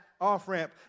off-ramp